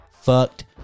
fucked